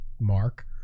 mark